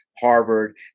Harvard